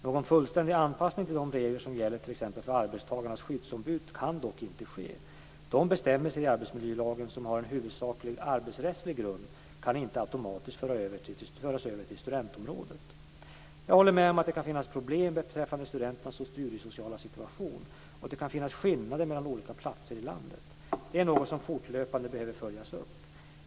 Någon fullständig anpassning till de regler som gäller t.ex. för arbetstagarnas skyddsombud kan dock inte ske. De bestämmelser i arbetsmiljölagen som har en i huvudsak arbetsrättslig grund kan inte automatiskt föras över till studentområdet. Jag håller med om att det kan finnas problem beträffande studenternas studiesociala situation och om att det kan finnas skillnader mellan olika platser i landet. Men det är något som fortlöpande behöver följas upp.